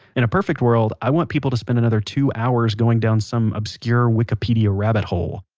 in a perfect world, i want people to spend another two hours going down some obscure wikipedia rabbit hole.